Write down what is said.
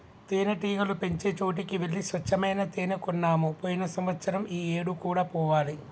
తేనెటీగలు పెంచే చోటికి వెళ్లి స్వచ్చమైన తేనే కొన్నాము పోయిన సంవత్సరం ఈ ఏడు కూడా పోవాలి